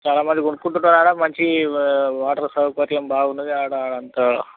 చాలామంది కొనుకుంటున్నారు ఆడ మంచి వాటర్ సౌకర్యం బాగున్నది ఆడ అంతా